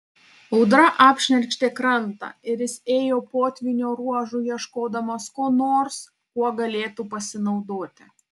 audra apšnerkštė krantą ir jis ėjo potvynio ruožu ieškodamas ko nors kuo galėtų pasinaudoti